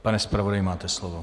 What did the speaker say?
Pane zpravodaji, máte slovo.